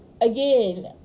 again